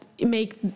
make